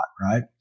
right